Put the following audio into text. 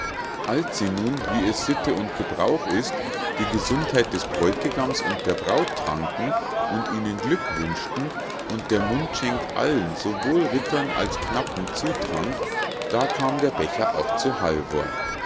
als sie nun wie es sitte und gebrauch ist die gesundheit des bräutigams und der braut tranken und ihnen glück wünschten und der mundschenk allen sowohl rittern als knappen zutrank da kam der becher auch zu halvor